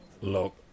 look